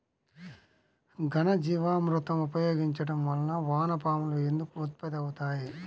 ఘనజీవామృతం ఉపయోగించటం వలన వాన పాములు ఎందుకు ఉత్పత్తి అవుతాయి?